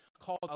called